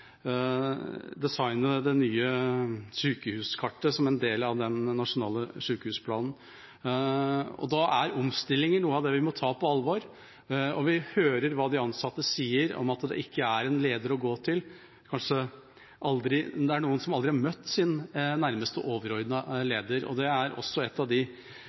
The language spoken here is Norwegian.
det nye sykehuskartet som en del av den nasjonale sykehusplanen. Da er omstillinger noe av det vi må ta på alvor, og vi hører hva de ansatte sier om at det ikke er en leder å gå til. Det er noen som aldri har møtt sin nærmeste overordnede leder, og det er også et av de